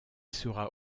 sera